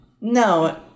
no